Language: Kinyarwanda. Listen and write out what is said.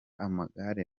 amagare